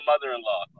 mother-in-law